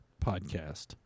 podcast